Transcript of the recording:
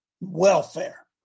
welfare